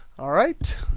alright,